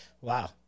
wow